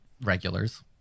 Regulars